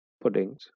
puddings